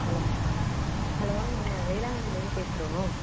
hello hello நாங்கள் வேளாங்கண்ணிலேருந்து பேசுகிறோம்